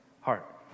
heart